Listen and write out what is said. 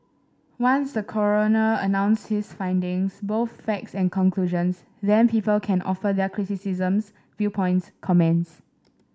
once the coroner announces his findings both facts and conclusions then people can offer their criticisms viewpoints comments